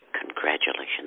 congratulations